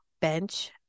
bench